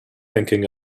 thinking